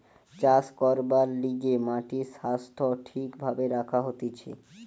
চাষ করবার লিগে মাটির স্বাস্থ্য ঠিক ভাবে রাখা হতিছে